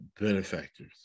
benefactors